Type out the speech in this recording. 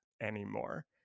anymore